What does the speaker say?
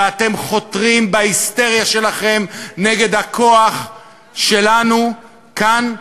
ואתם חותרים בהיסטריה שלכם נגד הכוח שלנו כאן במדינה.